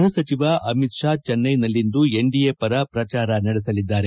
ಗೃಹಸಚಿವ ಅಮಿತ್ ಶಾ ಚೆನ್ನೈನಲ್ಲಿಂದು ಎನ್ಡಿಎ ಪರ ಪ್ರಚಾರ ನಡೆಸಲಿದ್ದಾರೆ